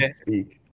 speak